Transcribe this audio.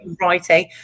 writing